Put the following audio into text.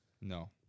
No